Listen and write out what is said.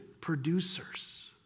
producers